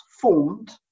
formed